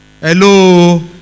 Hello